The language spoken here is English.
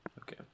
Okay